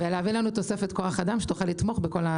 ולהביא לנו תוספת כוח אדם שתוכל לתמוך בכל התהליכים.